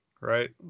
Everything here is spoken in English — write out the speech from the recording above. right